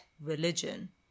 religion